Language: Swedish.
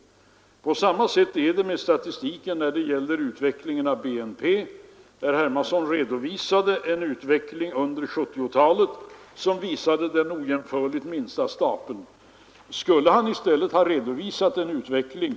På samma sätt är det med statistiken över utvecklingen av BNP. Herr Hermansson redovisade en utveckling som för olika femårsperioder gav den ojämförligt minsta stapeln för åren 1970-1974.